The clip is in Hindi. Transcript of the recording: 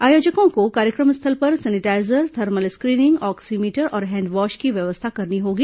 आयोजकों को कार्यक्रम स्थल पर सैनिटाईजर थर्मल स्क्रीनिंग ऑक्सीमीटर और हैंड वॉश की व्यवस्था करनी होगी